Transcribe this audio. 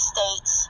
States